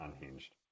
Unhinged